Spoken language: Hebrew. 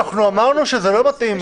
אמרנו שמה שכתוב שם לא מתאים.